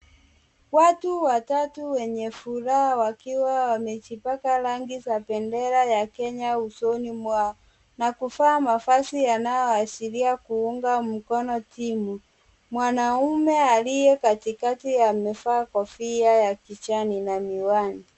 Watu watatu wenye furaha wakiwa wamejipaka rangi za bendera ya Kenya usoni mwao na kuvaa mavazi yanayoashiria kuunga mkono timu. Mwanaume aliye katikati amevaa kofia ya kijani na miwani.